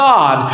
God